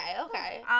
Okay